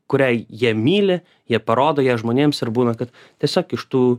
kurią jie myli jie parodo ją žmonėms ir būna kad tiesiog iš tų